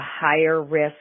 higher-risk